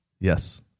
Yes